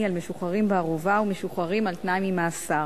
על משוחררים בערובה ומשוחררים על-תנאי ממאסר